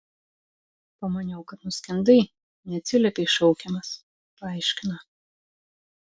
pamaniau kad nuskendai neatsiliepei šaukiamas paaiškino